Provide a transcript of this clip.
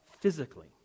physically